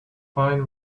fine